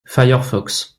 firefox